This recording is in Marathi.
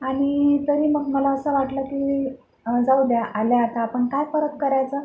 आणि तरी मग मला असं वाटलं की जाऊ द्या आल्या आता आपण काय परत करायचं